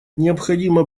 необходимо